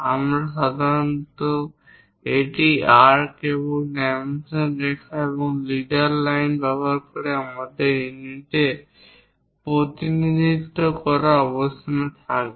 আমরা সাধারণত এটিই আর্ক এবং ডাইমেনশন রেখা লিডার লাইন ব্যবহার করে আমরা ইউনিটগুলিকে প্রতিনিধিত্ব করার অবস্থানে থাকব